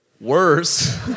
worse